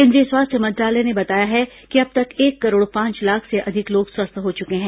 केंद्रीय स्वास्थ्य मंत्रालय ने बताया कि अब तक एक करोड़ पांच लाख से अधिक लोग स्वस्थ हो चुके हैं